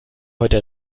heute